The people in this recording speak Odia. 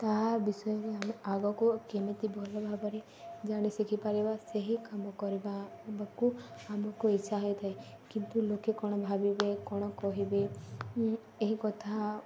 ତାହା ବିଷୟରେ ଆମେ ଆଗକୁ କେମିତି ଭଲ ଭାବରେ ଜାଣି ଶିଖିପାରିବା ସେହି କାମ କରିବାକୁ ଆମକୁ ଇଚ୍ଛା ହୋଇଥାଏ କିନ୍ତୁ ଲୋକେ କ'ଣ ଭାବିବେ କ'ଣ କହିବେ ଏହି କଥା